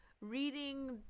Reading